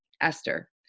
Esther